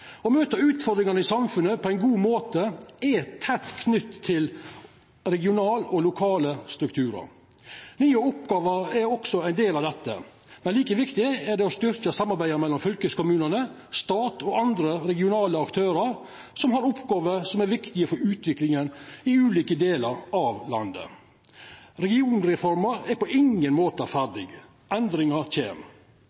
Å møta utfordringane i samfunnet på ein god måte er tett knytt til regionale og lokale strukturar. Nye oppgåver er også ein del av dette. Men like viktig er det å styrkja samarbeidet mellom staten, fylkeskommunane og andre regionale aktørar som har oppgåver som er viktige for utviklinga i ulike delar av landet. Regionreforma er på ingen måte